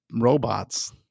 robots